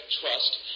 trust